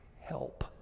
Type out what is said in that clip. Help